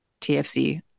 TFC